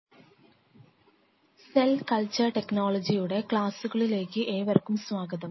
cell cycle എന്ന ആശയം cell culture ടെക്നോളജിയുടെ ക്ലാസ്സുകളിലേക്ക് ഏവർക്കും സ്വാഗതം